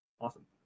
Awesome